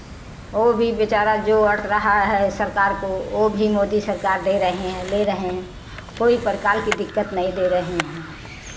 ओ भी बेचारा जो अंट रहा है सरकार को ओ भी मोदी सरकार दे रहे हैं ले रहे हैं कोई प्रकार की दिक्कत नहीं दे रहे हैं